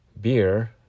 beer